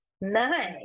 Nice